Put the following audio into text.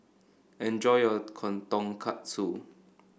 enjoy your Tonkatsu